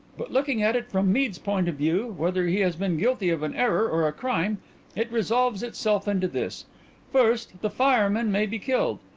but looking at it from mead's point of view whether he has been guilty of an error or a crime it resolves itself into this first, the fireman may be killed.